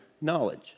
knowledge